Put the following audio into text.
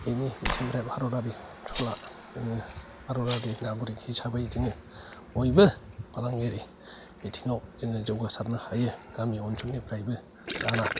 बेनि बिथिंनिफ्राय भारतआरि ओनसोला जोङो भारतआरि नागरिख हिसाबै जोङो बयबो फालांगिरि बिथिङाव जोङो जौगासारनो हायो गामि ओनसोलनिफ्रायबो दाना